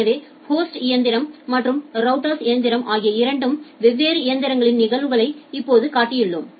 எனவே ஹோஸ்ட் இயந்திரம் மற்றும் ரவுட்டர் இயந்திரம் ஆகிய இரண்டு வெவ்வேறு இயந்திரங்களின் நிகழ்வுகளை இப்போது காட்டியுள்ளோம்